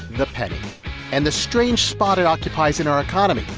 the penny and the strange spot it occupies in our economy.